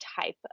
type